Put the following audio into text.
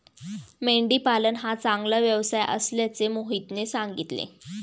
मेंढी पालन हा चांगला व्यवसाय असल्याचे मोहितने सांगितले